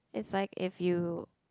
it's like if you